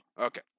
Okay